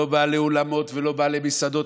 לא בעלי אולמות ולא בעלי מסעדות,